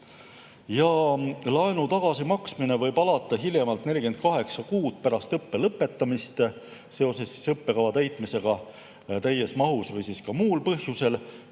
Laenu tagasimaksmine võib alata hiljemalt 48 kuud pärast õppe lõpetamist seoses õppekava täitmisega täies mahus või ka muul põhjusel,